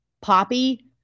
poppy